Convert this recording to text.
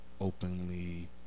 openly